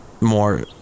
more